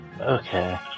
Okay